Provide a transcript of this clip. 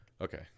Okay